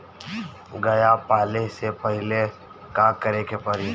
गया पाले से पहिले का करे के पारी?